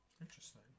interesting